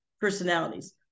personalities